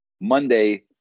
Monday